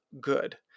good